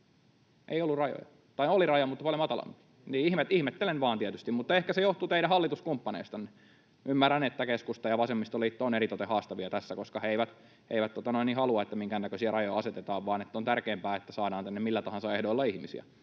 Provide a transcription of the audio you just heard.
Ei ollut rajoja, tai oli raja mutta oli matala, niin että ihmettelen vaan tietysti, mutta ehkä se johtuu teidän hallituskumppaneistanne. Ymmärrän, että keskusta ja vasemmistoliitto eritoten ovat haastavia tässä, koska he eivät halua, että minkäännäköisiä rajoja asetetaan, vaan on tärkeämpää, että saadaan tänne millä tahansa ehdoilla ihmisiä.